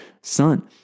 son